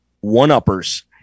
one-uppers